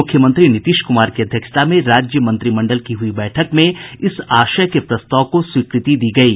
मुख्यमंत्री नीतीश कुमार की अध्यक्षता में राज्य मंत्रिमंडल की हुई बैठक में इस आशय के प्रस्ताव को स्वीकृति दी गयी